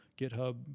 GitHub